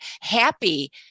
happy